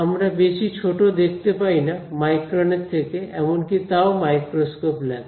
আমরা বেশি ছোট দেখতে পাই না মাইক্রোন এর থেকে এমনকি তাও মাইক্রোস্কোপ লাগে